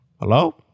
Hello